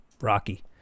Rocky